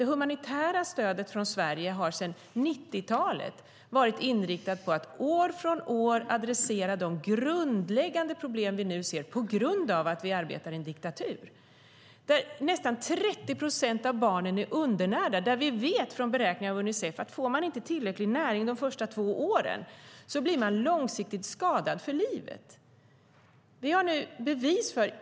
Det humanitära stödet från Sverige har sedan 90-talet varit inriktat på att år från år adressera de grundläggande problem som vi nu ser på grund av att vi arbetar i en diktatur. Nästan 30 procent av barnen är undernärda. Vi vet av beräkningar från Unicef att får man inte tillräcklig näring de första två åren blir man skadad för livet.